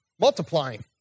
multiplying